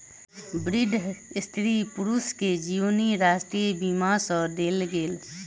वृद्ध स्त्री पुरुष के जीवनी राष्ट्रीय बीमा सँ देल गेल